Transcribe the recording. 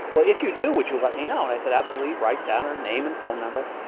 well, if you do, would you let me know? and i said, absolutely. write down her name and phone number.